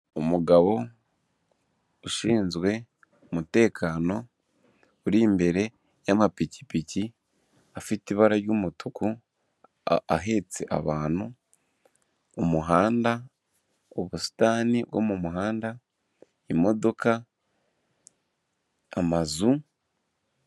Umugabo ushinzwe umutekano uri imbere y'amapikipiki afite ibara ry'umutuku ahetse abantu, umuhanda, ubusitani bwo mu muhanda, imodoka, amazu.